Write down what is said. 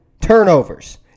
turnovers